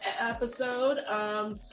episode